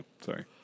Sorry